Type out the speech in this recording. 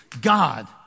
God